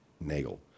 Nagel